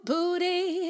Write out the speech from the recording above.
Booty